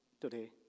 today